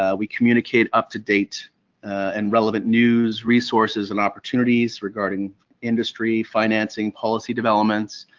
ah we communicate up-to-date and relevant news, resources, and opportunities regarding industry, financing, policy developments.